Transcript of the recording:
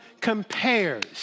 compares